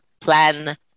plan